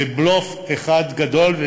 זה בלוף אחד גדול.